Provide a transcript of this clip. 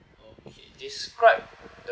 okay describe the